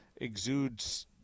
exudes